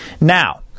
Now